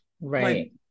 Right